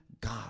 God